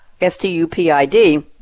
S-T-U-P-I-D